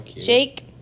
Jake